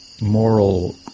moral